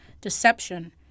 deception